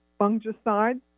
fungicides